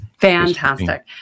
Fantastic